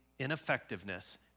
Ineffectiveness